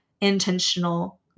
intentional